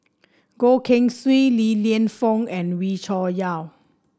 Goh Keng Swee Li Lienfung and Wee Cho Yaw